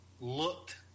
looked